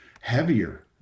heavier